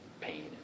pain